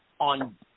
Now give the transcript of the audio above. On